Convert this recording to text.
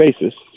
basis